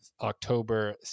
october